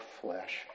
flesh